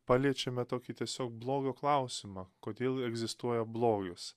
paliečiame tokį tiesiog blogio klausimą kodėl egzistuoja blogis